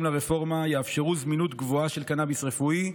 לרפורמה יאפשרו זמינות גבוהה של קנביס רפואי,